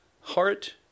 heart